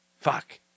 Fuck